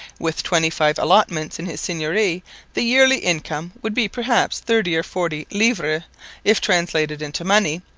with twenty-five allotments in his seigneury the yearly income would be perhaps thirty or forty livres if translated into money,